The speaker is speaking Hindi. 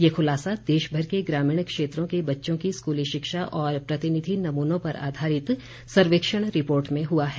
ये खुलासा देशभर के ग्रामीण क्षेत्रों के बच्चों की स्कूली शिक्षा और प्रतिनिधि नमूनों पर आधारित सर्वेक्षण रिपोर्ट में हुआ है